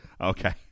Okay